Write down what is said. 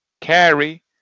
Carry